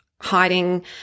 hiding